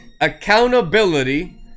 accountability